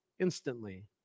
instantly